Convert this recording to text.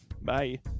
bye